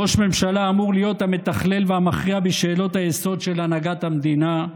ראש ממשלה אמור להיות המתכלל והמכריע בשאלות היסוד של הנהגת המדינה,